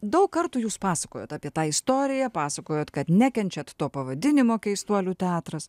daug kartų jūs pasakojot apie tą istoriją pasakojot kad nekenčiat to pavadinimo keistuolių teatras